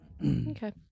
Okay